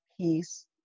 peace